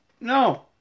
No